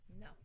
No